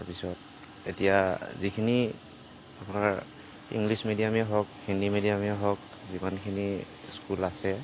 তাৰপিছত এতিয়া যিখিনি আমাৰ ইংলিচ মেডিয়ামেই হওক হিন্দী মেডিয়ামেই হওক যিমানখিনি স্কুল আছে